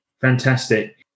Fantastic